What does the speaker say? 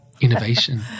innovation